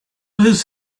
his